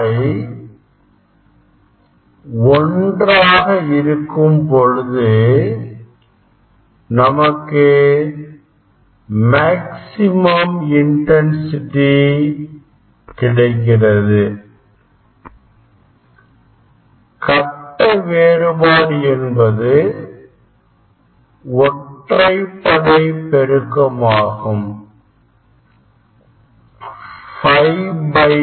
Cos 2 Φ1 இருக்கும் பொழுது நமக்கு மேக்சிமம் இன்டன்சிடி கிடைக்கிறது கட்ட வேறுபாடு என்பது ஒற்றைப்படை பெருக்கம் ஆகும் ∅ by 2